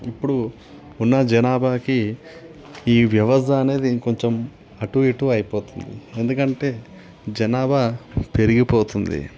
ఇప్పుడు ఉన్న జనాభాకి ఈ వ్యవస్ద అనేది ఇంకొంచెం అటు ఇటు అయిపోతుంది ఎందుకంటే జనాభా పెరిగిపోతుంది